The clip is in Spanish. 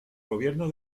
gobierno